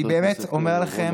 אני באמת אומר לכם,